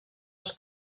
els